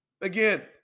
Again